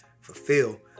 Fulfill